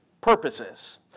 purposes